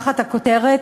תחת הכותרת: